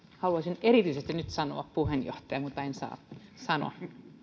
haluaisin erityisesti nyt sanoa puheenjohtaja mutta en sano